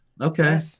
Okay